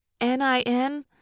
N-I-N